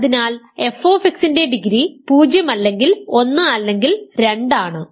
അതിനാൽ f ന്റെ degree 0 അല്ലെങ്കിൽ 1 അല്ലെങ്കിൽ 2 ആണ്